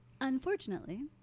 Unfortunately